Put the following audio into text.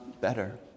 better